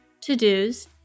to-dos